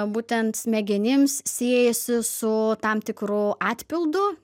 būtent smegenims siejasi su tam tikru atpildu